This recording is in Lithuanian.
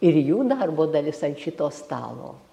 ir jų darbo dalis ant šito stalo